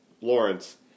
Lawrence